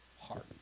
heart